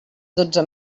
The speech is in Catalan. dotze